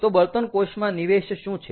તો બળતણ કોષમાં નિવેશ શું છે